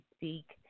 seek